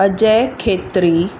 Ajay Khetri